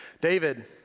David